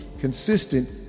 Consistent